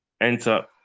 enter